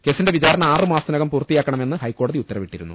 കേസിൻരെ വിചാരണ ആറ് മാസത്തിനകം പൂർത്തിയാക്കണമെന്ന് ഹൈക്കോടതി ഉത്തരവിട്ടിരുന്നു